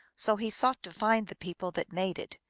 so he sought to find the people that made it,